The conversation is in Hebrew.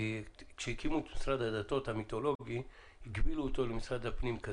כי כשהקימו את משרד הדתות המיתולוגי הקבילו אותו למשרד הפנים.